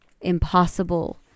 impossible